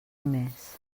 mes